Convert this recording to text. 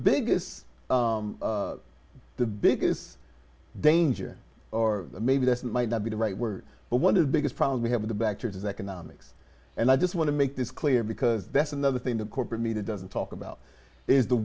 biggest the biggest danger or maybe this might not be the right word but one of the biggest problems we have in the back to it is economics and i just want to make this clear because that's another thing the corporate media doesn't talk about is the